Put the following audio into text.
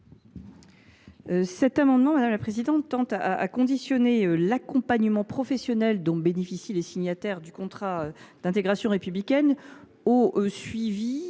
Cet amendement tend à conditionner l’accompagnement professionnel dont bénéficient les signataires du contrat d’intégration républicaine au suivi